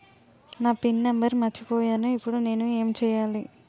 నా pin number మర్చిపోయాను ఇప్పుడు నేను ఎంచేయాలి?